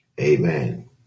Amen